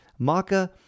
Maca